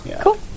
Cool